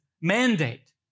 mandate